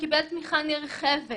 שקיבל תמיכה נרחבת